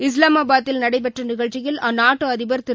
இஸ்லாமாபாத்தில் நடைபெற்றநிகழ்ச்சியில் அந்நாட்டுஅதிபர் திரு